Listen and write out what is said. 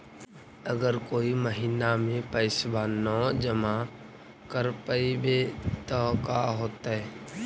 अगर कोई महिना मे पैसबा न जमा कर पईबै त का होतै?